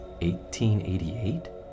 1888